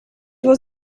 was